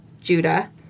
Judah